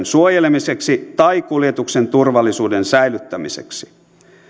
suojelemiseksi tai kuljetuksen turvallisuuden säilyttämiseksi